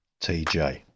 TJ